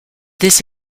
this